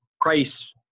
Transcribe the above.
price